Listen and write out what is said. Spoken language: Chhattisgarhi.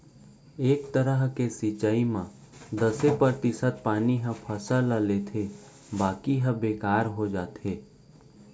ए तरह के सिंचई म दसे परतिसत पानी ह फसल ल लेथे बाकी ह बेकार हो जाथे